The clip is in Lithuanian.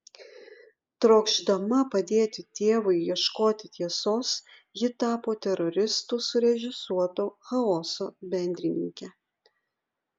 trokšdama padėti tėvui ieškoti tiesos ji tapo teroristų surežisuoto chaoso bendrininke